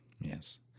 Yes